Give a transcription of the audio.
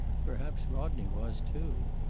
perhaps rodney was, too.